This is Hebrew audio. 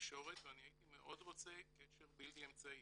תקשורת ואני הייתי מאוד רוצה קשר בלתי אמצעי.